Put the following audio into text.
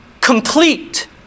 complete